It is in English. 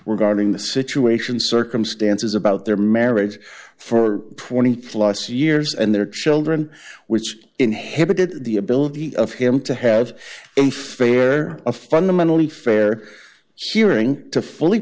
guarding the situation circumstances about their marriage for twenty plus years and their children which inhibited the ability of him to have a fair a fundamentally fair hearing to fully